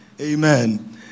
Amen